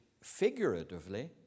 figuratively